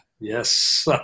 Yes